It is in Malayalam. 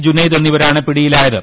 ജുനൈദ് എന്നിവരാണ് പിടിയിലായത്